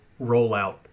rollout